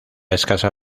escasa